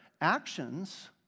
actions